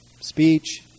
Speech